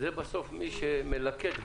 מי שמלקט בארוחה,